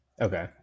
Okay